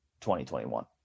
2021